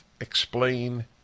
explain